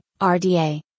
RDA